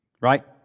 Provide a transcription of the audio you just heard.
right